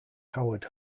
howard